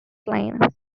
line